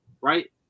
Right